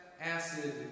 Acid